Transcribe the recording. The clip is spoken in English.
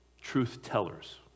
truth-tellers